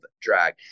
drag